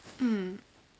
mm